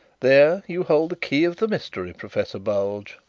there you hold the key of the mystery, professor bulge,